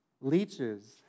leeches